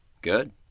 Good